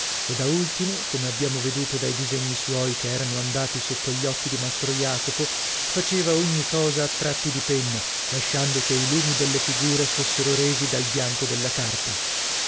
e da ultimo come abbiamo veduto dai disegni suoi che erano andati sotto gli occhi di mastro jacopo faceva ogni cosa a tratti di penna lasciando che i lumi delle figure fossero resi dal bianco della carta